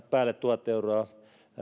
päälle tuhat euroa